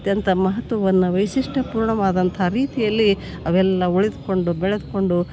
ಅತ್ಯಂತ ಮಹತ್ವವನ್ನು ವೈಶಿಷ್ಟ ಪೂರ್ಣವಾದಂಥ ರೀತಿಯಲ್ಲಿ ಅವೆಲ್ಲ ಉಳಿದ್ಕೊಂಡು ಬೆಳೆದ್ಕೊಂಡು